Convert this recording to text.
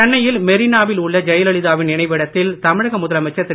சென்னையில் மெரினா வில் உள்ள ஜெயலலிதா வின் நினைவிடத்தில் தமிழக முதலமைச்சர் திரு